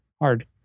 hard